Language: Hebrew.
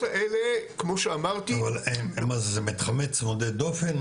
זה מתחמים צמודי דופן?